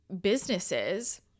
businesses